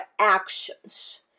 actions